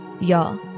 Y'all